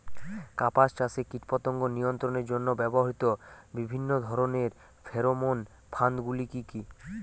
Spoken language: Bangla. কাপাস চাষে কীটপতঙ্গ নিয়ন্ত্রণের জন্য ব্যবহৃত বিভিন্ন ধরণের ফেরোমোন ফাঁদ গুলি কী?